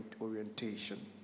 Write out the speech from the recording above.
orientation